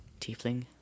Tiefling